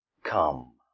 Come